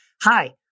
Hi